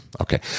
Okay